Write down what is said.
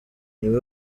niwe